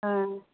ஆ